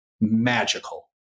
magical